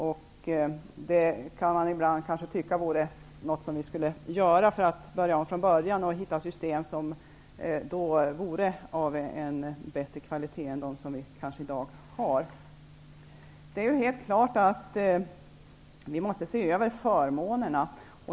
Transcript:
Man kan kanske tycka ibland att det är något som vi skulle göra för att börja om från början och hitta ett system som är av en bättre kvalitet än de som vi har i dag. Det är helt klart att vi måste se över förmånerna.